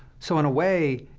so in a way,